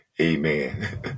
Amen